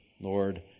Lord